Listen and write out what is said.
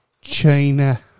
China